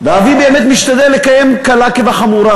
ואבי באמת משתדל לקיים קלה כחמורה.